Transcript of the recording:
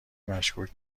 مشکوک